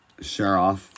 Sharoff